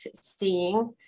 seeing